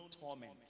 torment